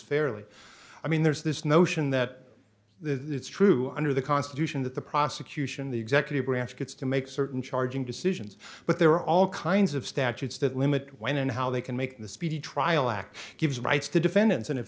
fairly i mean there's this notion that the it's true under the constitution that the prosecution the executive branch gets to make certain charging decisions but there are all kinds of statutes that limit when and how they can make the speedy trial act gives rights to defendants and if